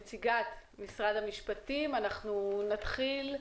נציגת משרד המשפטים, נתחיל.